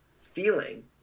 feeling